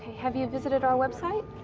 have you visited our website?